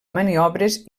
maniobres